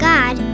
God